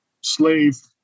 slave